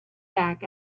back